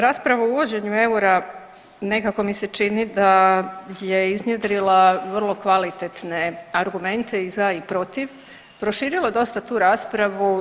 Rasprava o uvođenju eura nekako mi se čini da je iznjedrila vrlo kvalitetne argumente i za i protiv, proširilo dosta tu raspravu.